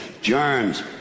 Germs